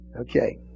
Okay